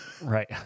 Right